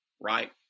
right